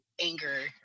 anger